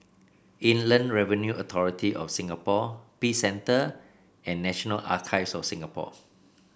Inland Revenue Authority of Singapore Peace Centre and National Archives of Singapore